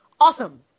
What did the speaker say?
awesome